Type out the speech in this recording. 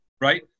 right